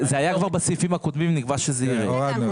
בסעיפים הקודמים כבר נקבע שזה ירד.